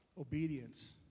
Obedience